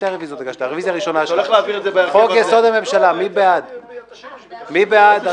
אנחנו בעד.